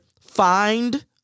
find